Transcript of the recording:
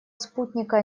спутника